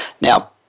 Now